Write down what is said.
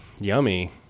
yummy